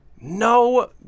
No